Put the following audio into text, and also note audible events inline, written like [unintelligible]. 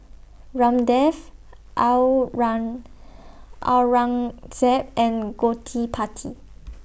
Ramdev [unintelligible] Aurangzeb and Gottipati